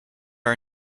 are